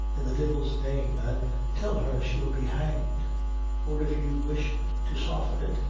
in the divil's name, an' tell her she'll be hanged or, if you wish to soften it,